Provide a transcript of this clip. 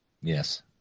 Yes